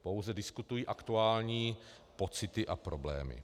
Pouze diskutují aktuální pocity a problémy.